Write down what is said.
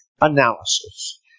analysis